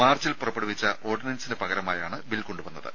മാർച്ചിൽ പുറപ്പെടുവിച്ച ഓർഡിനൻസിന് പകരമായാണ് ബിൽ കൊണ്ടുവന്നത്